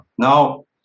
Now